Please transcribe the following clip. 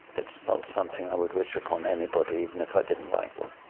it's not something i would wish upon anybody, even if i didn't like them.